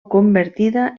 convertida